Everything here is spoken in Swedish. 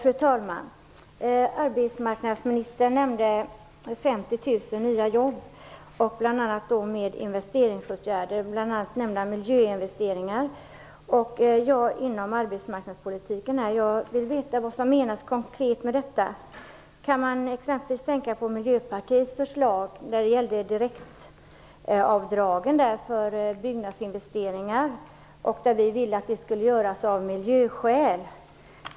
Fru talman! Arbetsmarknadsministern nämnde Han nämnde bl.a. miljöinvesteringar inom arbetsmarknadspolitiken. Jag vill veta vad som konkret menas med detta. Kan man exempelvis tänka sig Miljöpartiets förslag när det gäller direktavdrag för byggnadsinvesteringar? Vi vill att de skall göras av miljöskäl.